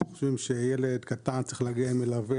אנחנו חושבים שילד קטן צריך להגיע עם מלווה,